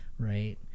right